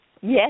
Yes